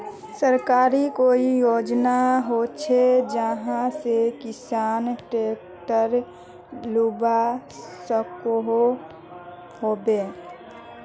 सरकारी कोई योजना होचे जहा से किसान ट्रैक्टर लुबा सकोहो होबे?